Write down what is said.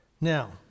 Now